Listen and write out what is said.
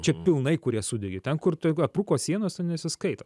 čia pilnai kurie sudegė ten kur aprūko sienos ten nesiskaito